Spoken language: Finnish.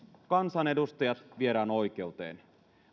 kansanedustajat viedään oikeuteen